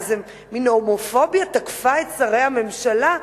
איזה מין הומופוביה תקפה את שרי הממשלה,